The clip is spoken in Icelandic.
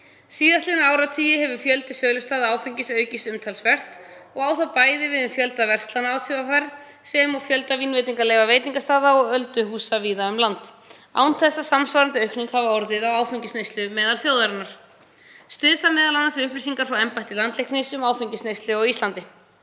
Síðastliðna áratugi hefur fjöldi sölustaða áfengis aukist umtalsvert og á það bæði við um fjölda verslana ÁTVR sem og fjölda vínveitingaleyfa veitingastaða og öldurhúsa víða um land án þess að samsvarandi aukning hafi orðið á áfengisneyslu meðal þjóðarinnar. Styðst það m.a. við upplýsingar frá embætti landlæknis um áfengisneyslu á Íslandi.